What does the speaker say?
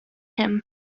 him